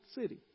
city